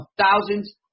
thousands